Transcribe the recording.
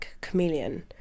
chameleon